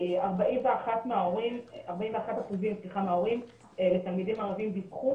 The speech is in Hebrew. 41% מההורים לתלמידים ערבים דיווחו